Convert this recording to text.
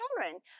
children